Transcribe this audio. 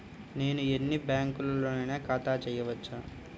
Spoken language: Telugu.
నేను ఎన్ని బ్యాంకులలోనైనా ఖాతా చేయవచ్చా?